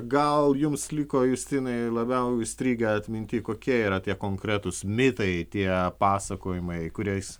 gal jums liko justinai labiau įstrigę atminty kokie yra tie konkretūs mitai tie pasakojimai kuriais